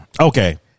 Okay